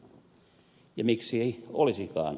ja miksi ei olisikaan